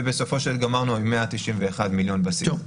וגמרנו עם 191 מיליון בסיכום.